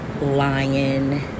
lion